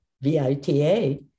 V-I-T-A